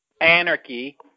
anarchy